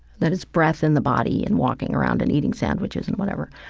that it's breath in the body and walking around and eating sandwiches and whatever,